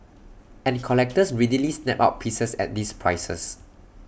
and collectors readily snap up pieces at these prices